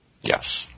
Yes